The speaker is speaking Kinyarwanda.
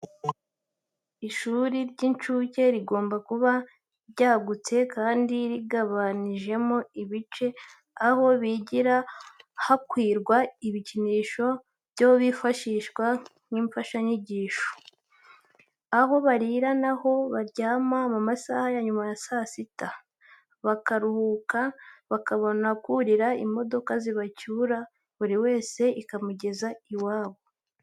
Ishuri ry'incuke rigomba kuba ryagutse kandi rigabanijemo ibice: aho bigira hakwirwa ibikinisho byose byifashishwa nk'imfashanyigisho, aho barira n'aho baryama mu masaha ya nyuma ya saa sita, bakaruhuka, bakabona kurira imodoka zibacyura, buri wese ikamugeza iwabo.